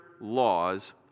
laws